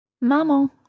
maman